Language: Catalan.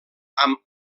amb